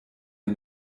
der